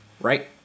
Right